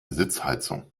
sitzheizung